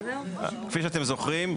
כפי שאתם זוכרים,